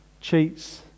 cheats